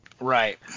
Right